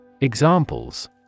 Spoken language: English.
Examples